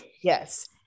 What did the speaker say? Yes